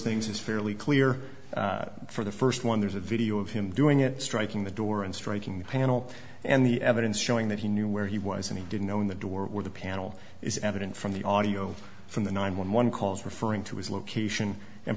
things is fairly clear for the first one there's a video of him doing it striking the door and striking the panel and the evidence showing that he knew where he was and he didn't know in the door where the panel is evident from the audio from the nine one one calls referring to his location and